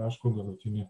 aišku galutinį